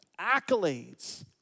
accolades